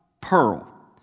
pearl